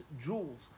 Jewels